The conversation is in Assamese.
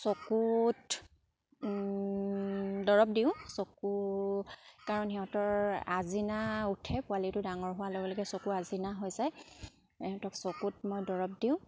চকুত দৰৱ দিওঁ চকু কাৰণ সিহঁতৰ আজিনা উঠে পোৱালিটো ডাঙৰ হোৱাৰ লগে লগে চকুত আজিনা হৈ যায় সিহঁতক চকুত মই দৰৱ দিওঁ